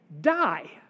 die